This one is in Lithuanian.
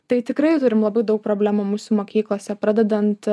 tai tikrai turim labai daug problemų mūsų mokyklose pradedant